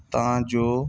ਤਾਂ ਜੋ